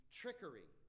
trickery